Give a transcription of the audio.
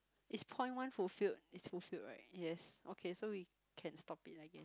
it's point one fulfilled it's fulfilled right yes okay so we can stop it I guess